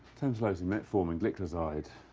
tamsulosin, metformin, gliclazide,